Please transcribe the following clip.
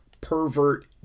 pervert